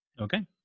Okay